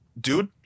dude